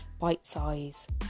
bite-sized